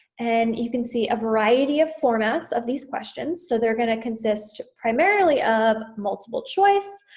and you can see a variety of formats of these questions. so they're gonna consist primarily of multiple choice,